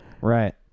Right